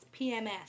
PMS